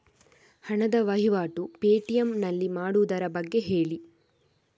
ಹಣದ ವಹಿವಾಟು ಪೇ.ಟಿ.ಎಂ ನಲ್ಲಿ ಮಾಡುವುದರ ಬಗ್ಗೆ ಹೇಳಿ